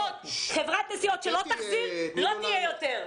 חברת נסיעות שלא תחזיר לא תהיה יותר.